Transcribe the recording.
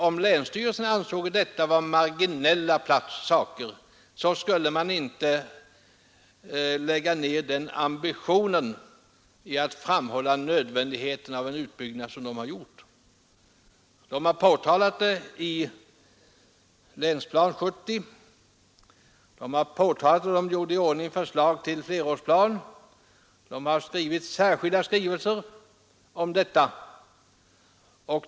Om länsstyrelsen ansåge detta vara marginella saker, skulle den inte lägga ner en sådan ambition på att framhålla nödvändigheten av en utbyggnad som den har gjort. Man har påtalat detta i Länsplan 70, man har påtalat det då man gjorde i ordning förslag till flerårsplan, man har skrivit särskilda skrivelser om detta.